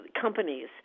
companies